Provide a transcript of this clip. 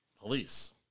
police